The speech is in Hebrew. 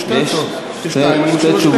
יש שתי הצעות, אני משיב על שתיהן.